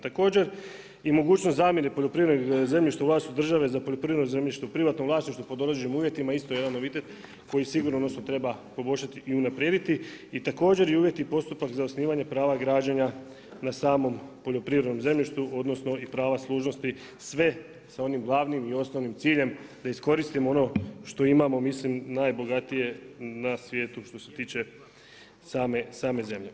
Također i mogućnost zamjene poljoprivrednog zemljišta u vlasništvu države za poljoprivredno zemljište u privatnom vlasništvu pod određenim uvjetima isto jedan novitet koji sigurno treba poboljšati i unaprijediti i također uvjeti i postupak za osnivanje prava građenja na samom poljoprivrednom zemljištu i prava služnosti, sve sa onim glavnim i osnovnim ciljem da iskoristimo ono što imamo mislim najbogatije na svijetu što se tiče same zemlje.